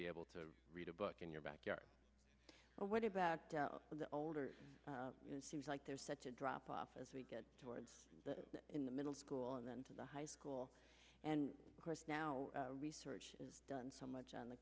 be able to read a book in your backyard but what about the older it seems like there's such a drop off as they get towards in the middle school and then to the high school and of course now research is done so much on the